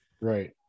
Right